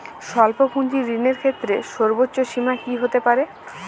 স্বল্প পুঁজির ঋণের ক্ষেত্রে সর্ব্বোচ্চ সীমা কী হতে পারে?